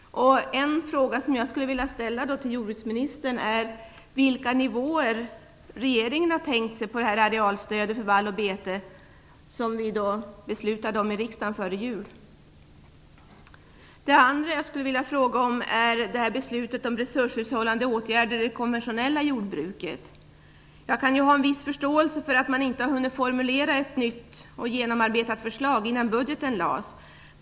En fråga som jag skulle vilja ställa till jordbruksministern är: Vilka nivåer har regeringen tänkt sig på arealstödet för vall och bete, som vi beslutade om i riksdagen före jul? Det andra jag skulle vilja fråga om är beslutet om resurshushållande åtgärder i det konventionella jordbruket. Jag kan ha en viss förståelse för att man inte har hunnit formulera ett nytt och genomarbetat förslag innan budgeten lades fram.